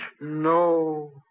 No